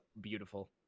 beautiful